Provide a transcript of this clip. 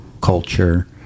culture